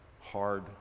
hard